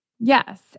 Yes